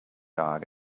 dog